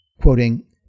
quoting